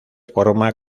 forma